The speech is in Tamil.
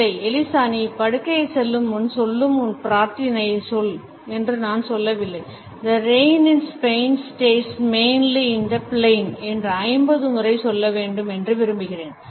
இல்லை எலிசா நீ படுக்கைக்குச் செல்லும் முன் சொல்லும் உன் பிரார்த்தனையை சொல் என்று நான் சொல்லவில்லை The rain in Spain stays mainly in the plain என்று 50 முறை சொல்ல வேண்டும் என்று விரும்புகிறேன்